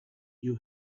you